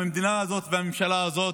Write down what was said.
המדינה הזאת והממשלה הזאת,